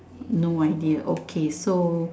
no idea okay so